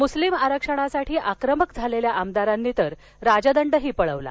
मुस्लिम आरक्षणासाठी आक्रमक झालेल्या आमदारांनी तर राजदंडही पळवला